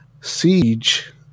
Siege